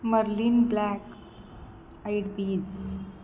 marlin black eyed peas